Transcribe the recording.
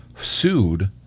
sued